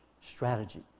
strategy